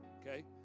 okay